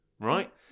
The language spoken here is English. Right